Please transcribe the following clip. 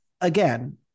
again